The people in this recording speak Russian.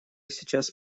сейчас